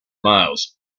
miles